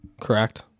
correct